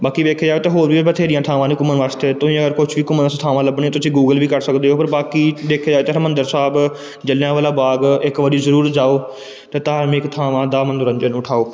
ਬਾਕੀ ਵੇਖਿਆ ਜਾਵੇ ਤਾਂ ਹੋਰ ਵੀ ਬਥੇਰੀਆਂ ਥਾਵਾਂ ਨੇ ਘੁੰਮਣ ਵਾਸਤੇ ਤੁਸੀਂ ਅਗਰ ਕੁਛ ਵੀ ਘੁੰਮਣ ਵਾਸਤੇ ਥਾਵਾਂ ਲੱਭਣੀਆਂ ਤੁਸੀਂ ਗੂਗਲ ਵੀ ਕਰ ਸਕਦੇ ਹੋ ਪਰ ਬਾਕੀ ਦੇਖਿਆ ਜਾਵੇ ਤਾਂ ਹਰਿਮੰਦਰ ਸਾਹਿਬ ਜਲਿਆਂਵਾਲਾ ਬਾਗ ਇੱਕ ਵਾਰੀ ਜ਼ਰੂਰ ਜਾਓ ਅਤੇ ਧਾਰਮਿਕ ਥਾਵਾਂ ਦਾ ਮਨੋਰੰਜਨ ਉਠਾਓ